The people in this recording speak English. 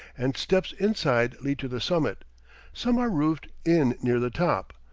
and steps inside lead to the summit some are roofed in near the top,